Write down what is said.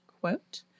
Quote